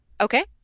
Okay